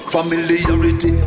Familiarity